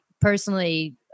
personally